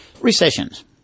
Recessions